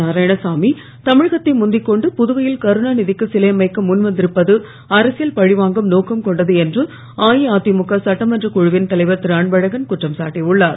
நாராயணசாமி தமிழகத்தை முந்திக்கொண்டு புதுவையில் கருணாநிதி க்கு சிலை அமைக்க முன்வந்திருப்பது அரசியல் பழிவாங்கும் நோக்கம் கொண்டது என்று அஇஅதிமுக சட்டமன்றக் குழுவின் தலைவர் திருஅன்பழகன் குற்றம் சாட்டியுள்ளார்